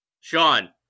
sean